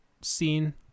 scene